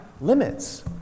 limits